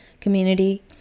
community